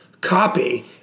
copy